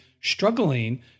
struggling